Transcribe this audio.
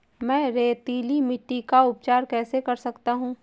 मैं रेतीली मिट्टी का उपचार कैसे कर सकता हूँ?